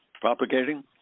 propagating